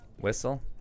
Whistle